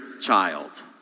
child